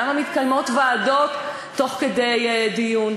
למה יושבות ועדות תוך כדי דיון?